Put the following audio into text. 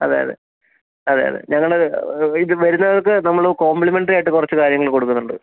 അതെ അതെ അതെ അതെ ഞങ്ങള് ഇത് വരുന്നവർക്ക് നമ്മള് കോംപ്ലിമെൻറ്ററി ആയിട്ട് കുറച്ച് കാര്യങ്ങൾ ഞങ്ങള് കൊടുക്കുന്നുണ്ട്